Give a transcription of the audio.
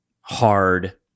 hard